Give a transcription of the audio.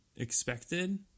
expected